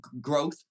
growth